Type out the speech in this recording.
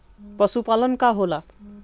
पशुपलन का होला?